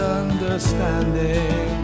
understanding